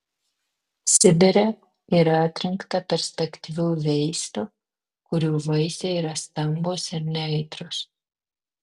sibire yra atrinkta perspektyvių veislių kurių vaisiai yra stambūs ir neaitrūs